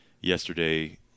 Yesterday